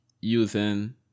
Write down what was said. using